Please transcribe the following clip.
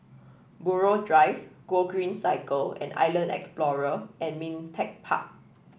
Buroh Drive Gogreen Cycle and Island Explorer and Ming Teck Park